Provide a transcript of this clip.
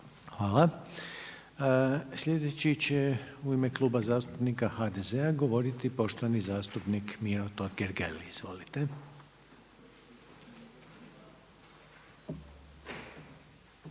lijepa. Sljedeći će u ime Kluba zastupnika SDP-a govoriti uvaženi zastupnik Gordan Maras. Izvolite.